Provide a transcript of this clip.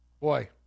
Boy